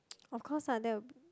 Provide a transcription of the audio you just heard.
of course I know